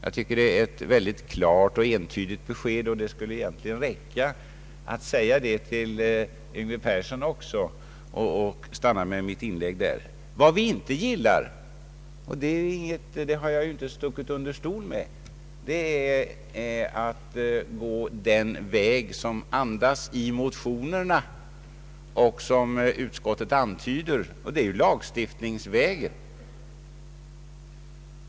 Detta är ett klart och entydigt besked; och det borde egentligen räcka att jag säger det till Yngve Persson också, så kunde jag sluta mitt inlägg här. Vad vi inte gillar, det har jag inte stuckit under stol med, är att gå den väg som motionerna andas och som utskottet antyder, nämligen lagstiftningsvägen.